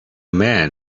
man